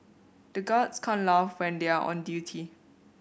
the guards can't laugh when they are on duty